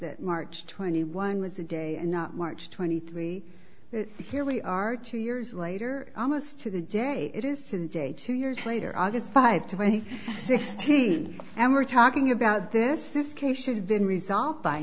that march twenty one was a day and not march twenty three but here we are two years later almost to the day it is today two years later august five twenty sixteen and we're talking about this this case should have been resolved by